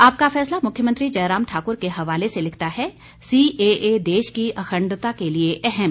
आपका फैसला मुख्यमंत्री जयराम ठाक्र के हवाले से लिखता है सीएए देश की अखंडता के लिए अहम